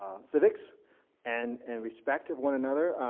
ah civics and and respect of one another.